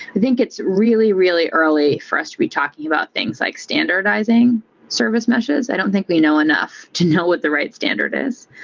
i think it's really, really early for us to be talking about things, like standardizing service meshes. i don't think we know enough to know what the right standard is.